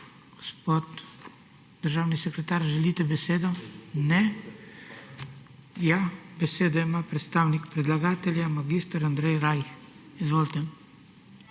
Gospod državni sekretar, želite besedo? (Ne.) Besedo ima predstavnik predlagatelja mag. Andrej Rajh. Izvolite.